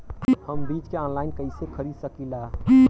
हम बीज के आनलाइन कइसे खरीद सकीला?